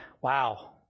wow